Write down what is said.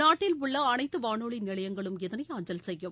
நாட்டில் உள்ள அனைத்து வானொலி நிலையங்களும் இதனை அஞ்சல் செய்யும்